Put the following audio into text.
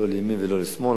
לא לימין ולא לשמאל,